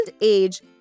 age